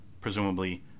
presumably